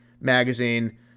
magazine